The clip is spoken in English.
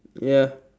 ya